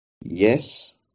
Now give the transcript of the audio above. yes